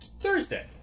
Thursday